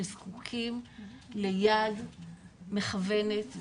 שזקוקים ליד מכוונת,